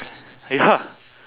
ya